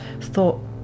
thought